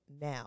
now